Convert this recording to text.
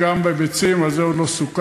בבקשה.